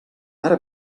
ara